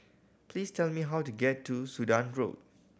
please tell me how to get to Sudan Road